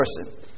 person